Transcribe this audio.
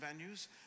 venues